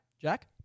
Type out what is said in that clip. Jack